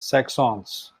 saxons